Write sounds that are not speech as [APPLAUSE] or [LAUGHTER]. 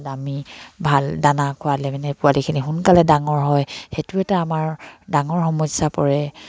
[UNINTELLIGIBLE] ভাল দানা খোৱালে মানে পোৱালিখিনি সোনকালে ডাঙৰ হয় সেইটো এটা আমাৰ ডাঙৰ সমস্যা পৰে